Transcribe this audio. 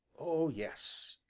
oh, yes!